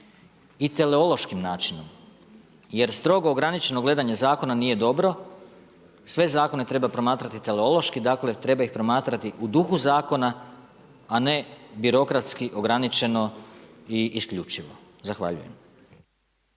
i teološkim načinom. Jer strogo ograničeno gledanje zakona nije dobro. Sve zakone treba promatrati teološki, dakle, treba ih promatrati u duhu zakona, a ne birokratski, ograničeno i isključivo. Zahvaljujem.